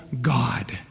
God